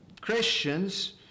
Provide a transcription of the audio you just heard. Christians